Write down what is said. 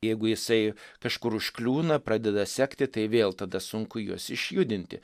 jeigu jisai kažkur užkliūna pradeda sekti tai vėl tada sunku juos išjudinti